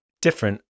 different